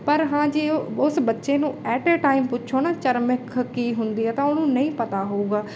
ਪਰ ਹਾਂ ਜੇ ਉਸ ਬੱਚੇ ਨੂੰ ਐਟ ਅ ਟਾਈਮ ਪੁੱਛੋ ਨਾ ਚਰਮਖ ਕੀ ਹੁੰਦੀ ਹੈ ਤਾਂ ਉਹਨੂੰ ਨਹੀਂ ਪਤਾ ਹੋਊਗਾ